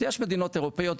יש מדינות אירופאיות,